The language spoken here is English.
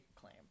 claim